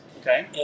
okay